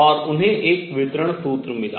और उन्हें एक वितरण सूत्र मिला